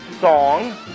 song